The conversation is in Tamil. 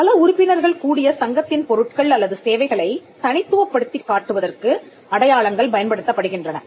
பல உறுப்பினர்கள் கூடிய சங்கத்தின் பொருட்கள் அல்லது சேவைகளை தனித்துவப் படுத்திக் காட்டுவதற்கு அடையாளங்கள் பயன்படுத்தப்படுகின்றன